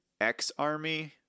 X-Army